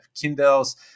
kindles